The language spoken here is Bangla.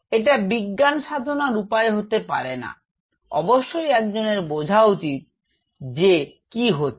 এটা বিজ্ঞান সাধনার উপায় হতে পারে না অবশ্যই একজনের বঝা উচিত যে কি হচ্ছে